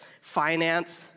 finance